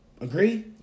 Agree